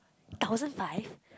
thousand five